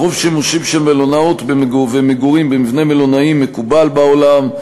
עירוב שימושים של מלונאות ומגורים במבנה מלונאי מקובל בעולם,